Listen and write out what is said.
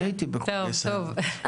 אני הייתי בחוגי סיירות.